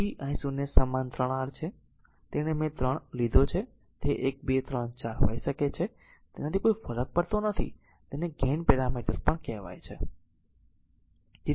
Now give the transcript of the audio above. તેથી i 0 સમાન 3 r છે તેને મેં 3 લીધો છે તે 1 2 3 4 હોઈ શકે છે તેનાથી કોઈ ફરક પડતો નથી તેને ગેઇન પેરામીટર પણ કહેવાય છે